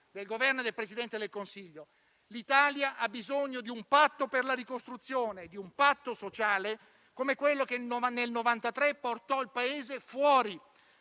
del Governo e del Presidente del Consiglio. L'Italia ha bisogno di un patto per la ricostruzione, di un patto sociale, come quello che nel 1993 portò il Paese fuori